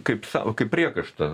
kaip sako kaip priekaištą